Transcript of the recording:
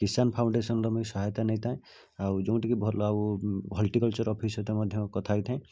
କିଷାନ ଫାଉଣ୍ଡେସନର ମୁଁହିଁ ସହାୟତା ନେଇଥାଏଁ ଆଉ ଯେଉଁଠିକି ଭଲ ଆଉ ହର୍ଟିକଲଚର ଅଫିସର ସହିତ ମଧ୍ୟ କଥା ହୋଇଥାଏଁ